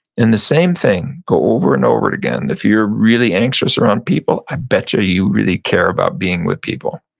and the same thing, go over and over it again if you're really anxious around people, i bet you you really care about being with people.